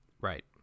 Right